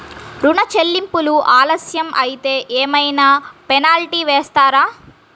ఋణ చెల్లింపులు ఆలస్యం అయితే ఏమైన పెనాల్టీ వేస్తారా?